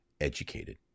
educated